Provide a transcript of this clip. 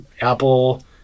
Apple